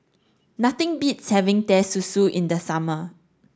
nothing beats having Teh Susu in the summer